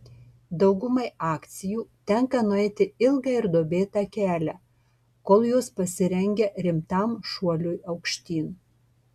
daugumai akcijų tenka nueiti ilgą ir duobėtą kelią kol jos pasirengia rimtam šuoliui aukštyn